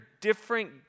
different